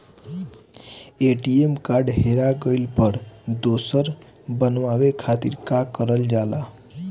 ATM card हेरा गइल पर दोसर बनवावे खातिर का करल जाला?